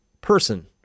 person